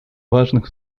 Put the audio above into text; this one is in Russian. важных